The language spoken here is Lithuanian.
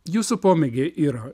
jūsų pomėgiai yra